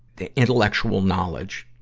the intellectual knowledge